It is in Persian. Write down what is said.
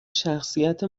شخصیت